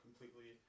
completely